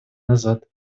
назад